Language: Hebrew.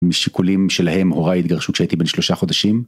משיקולים שלהם, הורי ההתגרשות שהייתי בין שלושה חודשים.